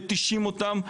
מתישים אותם.